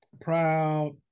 proud